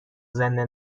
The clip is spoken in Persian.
زنده